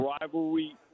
rivalry